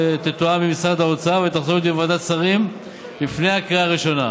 היא תתואם עם משרד האוצר ותחזור לדיון בוועדת שרים לפני הקריאה הראשונה.